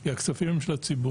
כי הכספים הם של הציבור